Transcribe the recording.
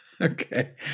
Okay